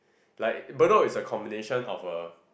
like Bedok is a combination of a